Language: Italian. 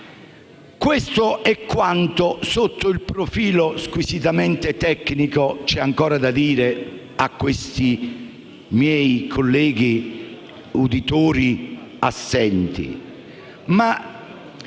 Questo è quanto, sotto il profilo squisitamente tecnico. C'è ancora da rilevare a questi miei colleghi, uditori assenti,